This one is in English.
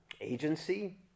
agency